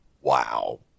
Wow